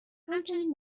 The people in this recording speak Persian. همچنین